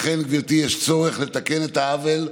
לכן, גברתי, יש צורך לתקן את העוול,